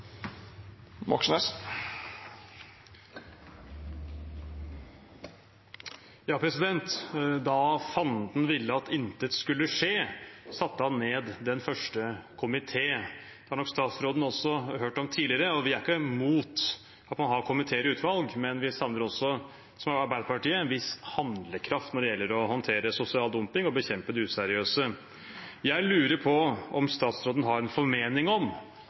Da fanden ville at intet skulle skje, satte han ned den første komité. Det har nok statsråden også hørt om tidligere. Vi er ikke mot at man har komiteer og utvalg, men vi savner også, som Arbeiderpartiet, en viss handlekraft når det gjelder å håndtere sosial dumping og bekjempe de useriøse. Jeg lurer på om statsråden har en formening om